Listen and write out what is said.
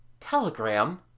Telegram